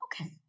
okay